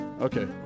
Okay